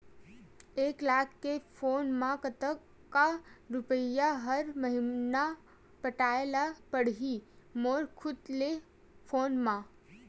एक लाख के लोन मा कतका रुपिया हर महीना पटाय ला पढ़ही मोर खुद ले लोन मा?